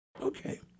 Okay